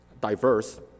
diverse